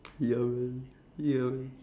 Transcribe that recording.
ya man ya man